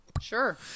Sure